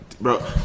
Bro